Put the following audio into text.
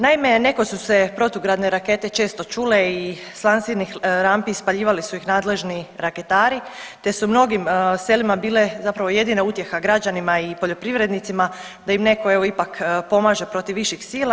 Naime, nekoć su se protugradne rakete često čule i s lansirnih lampi ispaljivali su ih nadležni raketari te su mnogim selima bile zapravo jedina utjeha građanima i poljoprivrednicima da im neko ipak pomaže protiv viših sila.